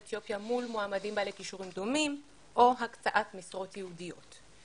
אתיופיה מול מועמדים בעלי כישורים דומים או הקצאת משרות ייעודיות.